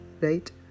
right